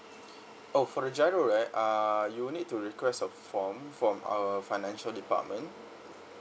oh for the G_I_R_O right err you will need to request a form from our financial department